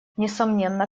несомненно